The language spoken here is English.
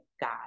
God